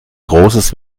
großes